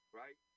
right